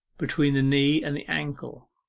between the knee and the ankle.